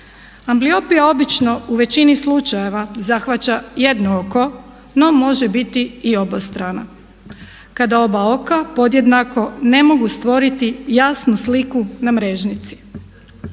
Ambliopija obično u većini slučajeva zahvaća jedno oko no može biti i obostrana. Kada oba oka podjednako ne mogu stvoriti jasnu sliku na mrežnici.